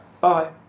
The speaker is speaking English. Bye